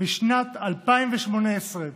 בשנת 2018,